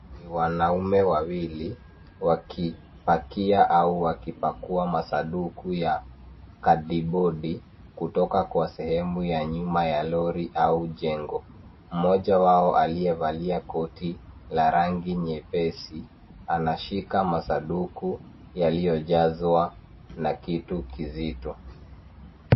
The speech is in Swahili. Ni wanaume wawili wakipakia au wakipakua masanduku ya kadibodi kutoka kwa sehemu ya nyuma ya lori au jengo. Mmoja wao aliyevalia koti la rangi nyepesi anashika masanduku yaliyojazwa na kitu kizito.